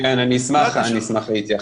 כן, אני אשמח להתייחס.